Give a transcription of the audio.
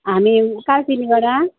हामी कालचिनीबाट